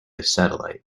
satellite